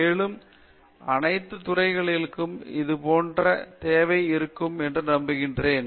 மேலும் அனைத்து துறைகளுக்கும் இது தேவை என்று நான் நம்புகிறேன்